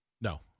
No